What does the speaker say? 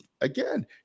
again